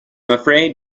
afraid